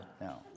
No